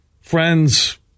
friends